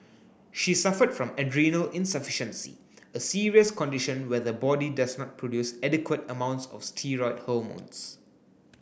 she suffered from adrenal insufficiency a serious condition where the body does not produce adequate amounts of steroid hormones